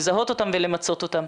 לזהות אותם ולמצות אותם.